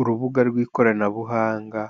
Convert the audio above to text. Urubuga rw'ikoranabuhanga